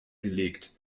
gelegt